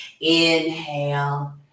inhale